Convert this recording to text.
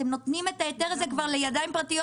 אתם נותנים את ההיתר הזה כבר לידיים פרטיות.